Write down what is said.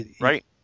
right